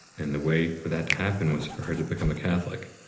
and the way for that to happen was for her to become a catholic.